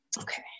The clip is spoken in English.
Okay